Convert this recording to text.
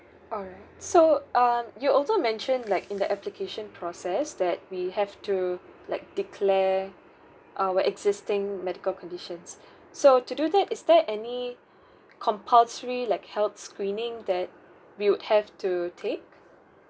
alright so uh you also mentioned like in the application process that we have to like declare our existing medical conditions so to do that is there any compulsory like health screening that we would have to take